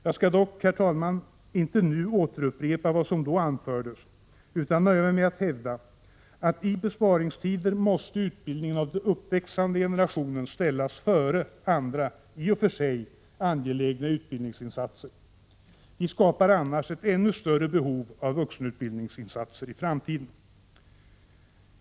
Jag skall dock, herr talman, inte nu upprepa vad som då anfördes utan nöja mig med att hävda att i besparingstider måste utbildningen av den uppväxande generationen ställas före andra i och för sig angelägna utbildningsinsatser. Vi skapar annars ett ännu större behov av vuxenutbildningsinsatser i framtiden.